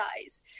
size